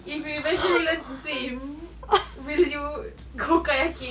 if you eventually learn to swim will you go kayaking